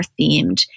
themed